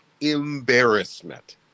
embarrassment